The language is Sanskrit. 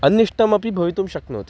अनिष्टमपि भवितुं शक्नोति